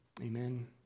Amen